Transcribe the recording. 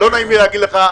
לא נעים לי להגיד לך,